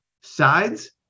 sides